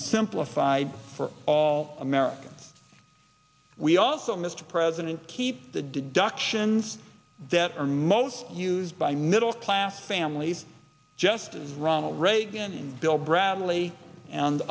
simplified for all americans we also mr president keep the deductions that are most used by middle class families just as ronald reagan and bill bradley and